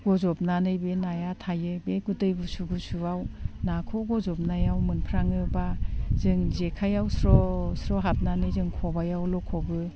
बज'बनानै बे नाया थायो बे दै गुसु गुसुआव नाखौ बज'बनायाव मोनफ्राङोब्ला जों जेखाइआव स्र' स्र' हाबनानै जों खबाइआव लखबो